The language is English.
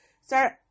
start